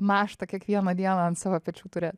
naštą kiekvieną dieną ant savo pečių turėt